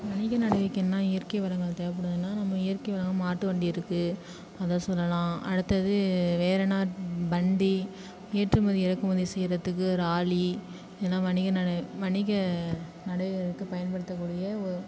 வணிக நடவடிக்கைன்னால் இயற்கை வளங்கள் தேவைப்படுதுன்னா நம்ம இயற்கை வளங்கள் மாட்டு வண்டி இருக்குது அதை சொல்லலாம் அடுத்தது வேறு என்ன வண்டி ஏற்றுமதி இறக்குமதி செய்கிறத்துக்கு ராலி இதலாம் வணிக நட வணிக நடை பயன்படுத்தக்கூடிய ஒ